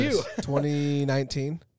2019